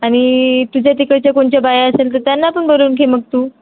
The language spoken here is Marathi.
आणि तुझ्या तिकडच्या कोणत्या बाया असेल तर त्यांना पण बोलावून घे मग तू